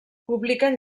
publiquen